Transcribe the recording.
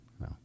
No